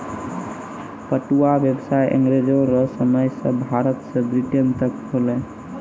पटुआ व्यसाय अँग्रेजो रो समय से भारत से ब्रिटेन तक होलै